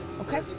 Okay